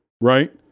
Right